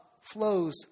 flows